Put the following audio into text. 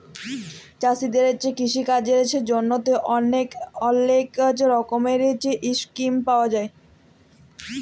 চাষীদের কিষিকাজের জ্যনহে অলেক রকমের ইসকিম পাউয়া যায়